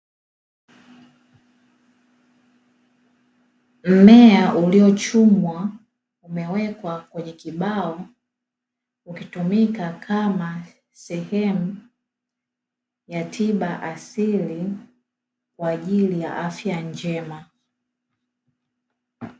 Mmea uliochumwa umewekwa kwenye kibao ukitumika kama sehemu ya tiba asilia kwaajili ya afya njema.